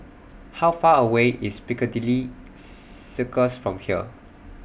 How Far away IS Piccadilly Circus from here